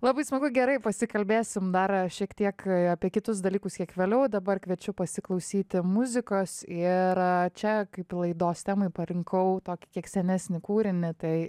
labai smagu gerai pasikalbėsim dar šiek tiek apie kitus dalykus kiek vėliau dabar kviečiu pasiklausyti muzikos ir čia kaip laidos temai parinkau tokį kiek senesnį kūrinį tai